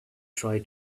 try